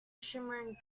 shimmering